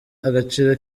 agaciro